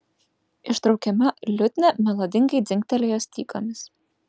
ištraukiama liutnia melodingai dzingtelėjo stygomis